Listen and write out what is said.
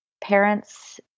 parents